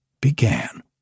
began